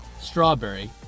strawberry